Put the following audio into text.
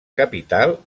capital